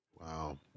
Wow